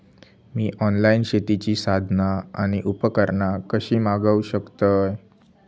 मी online शेतीची साधना आणि उपकरणा कशी मागव शकतय?